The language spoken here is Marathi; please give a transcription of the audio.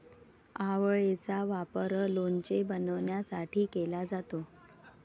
आवळेचा वापर लोणचे बनवण्यासाठी केला जातो